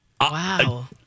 Wow